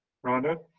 rhonda?